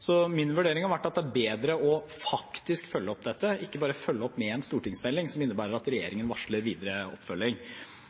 Min vurdering har vært at det er bedre å faktisk følge opp dette, ikke bare følge opp med en stortingsmelding som innebærer at